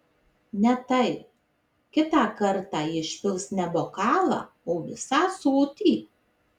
ne tai kitą kartą ji išpils ne bokalą o visą ąsotį